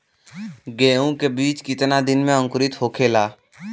गेहूँ के बिज कितना दिन में अंकुरित होखेला?